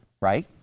Right